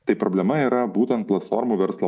tai problema yra būtent platformų verslo